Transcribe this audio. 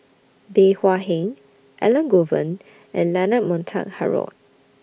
Bey Hua Heng Elangovan and Leonard Montague Harrod